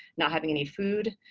not having any food.